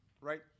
right